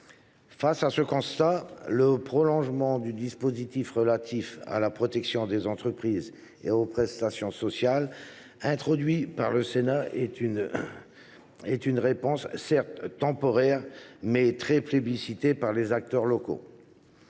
Face à ce constat, le prolongement du dispositif relatif à la protection des entreprises et aux prestations sociales introduit par le Sénat est une réponse, certes temporaire, mais plébiscitée par les acteurs locaux.